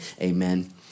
Amen